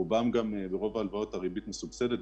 ברוב ההלוואות הריבית מסובסדת.